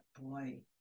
boy